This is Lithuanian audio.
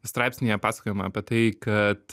straipsnyje pasakojama apie tai kad